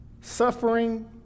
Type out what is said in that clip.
Suffering